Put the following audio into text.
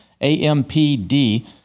ampd